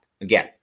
Again